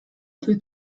peut